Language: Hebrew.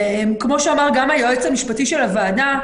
וכמו שאמר גם היועץ המשפטי של הוועדה,